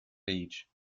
age